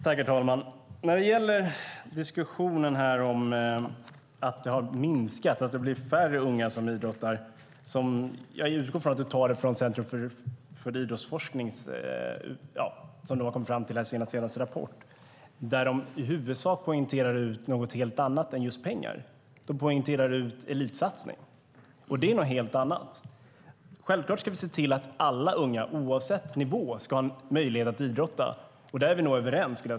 Herr talman! Jag utgår ifrån att du tar uppgiften om att det är färre unga som idrottar från Centrum för idrottsforsknings senaste rapport. Där pekar de ut något helt annat än just pengar. De pekar ut elitsatsning. Det är något helt annat. Vi ska självfallet se till att alla unga, oavsett nivå, ska ha möjlighet att idrotta. Där är vi nog överens.